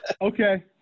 Okay